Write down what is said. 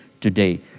today